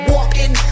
Walking